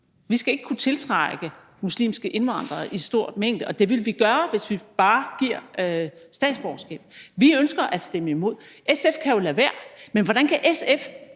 Vi skal ikke kunne tiltrække muslimske indvandrere i en stor mængde, og det ville vi gøre, hvis vi bare giver statsborgerskab. Vi ønsker at stemme imod. SF kan jo lade være, men hvordan kan SF